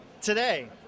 today